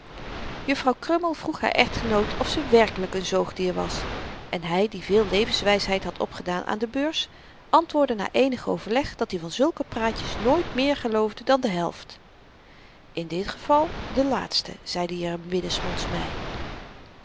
juffrouw krummel vroeg haar echtgenoot of ze werkelyk n zoogdier was en hy die veel levenswysheid had opgedaan aan de beurs antwoordde na eenig overleg dat-i van zulke praatjes nooit meer geloofde dan de helft in dit geval de laatste zeid i er binnen smonds by